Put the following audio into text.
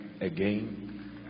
again